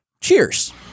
Cheers